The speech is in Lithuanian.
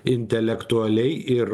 intelektualiai ir